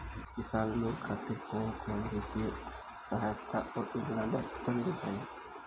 किसान लोग खातिर कवन कवन वित्तीय सहायता और योजना बा तनि बताई?